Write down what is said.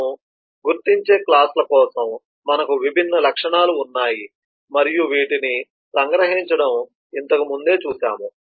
మనము గుర్తించే క్లాస్ ల కోసం మనకు విభిన్న లక్షణాలు ఉన్నాయి మరియు వీటిని సంగ్రహించడం ఇంతకు ముందే చూశాము